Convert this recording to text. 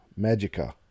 Magica